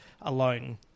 alone